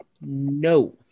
no